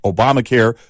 Obamacare